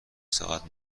ساعت